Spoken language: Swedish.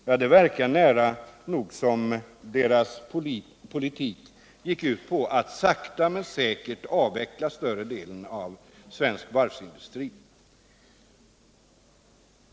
Ja, det verkar nära nog som om deras politik gick ut på att sakta men säkert avveckla större delen av svensk varvsindustri.